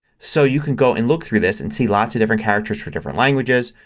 so you can go and look through this and see lots of different characters for different languages,